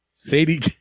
Sadie